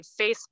Facebook